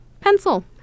Pencil